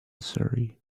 surrey